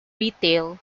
retail